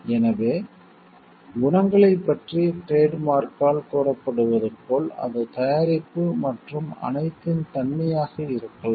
எனவே குணங்களைப் பற்றி டிரேட் மார்க் ஆல் கூறப்படுவது போல் அது தயாரிப்பு மற்றும் அனைத்தின் தன்மையாக இருக்கலாம்